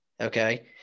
Okay